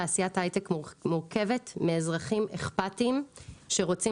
תעשיית ההיי-טק מורכבת מאזרחים אכפתיים שרוצים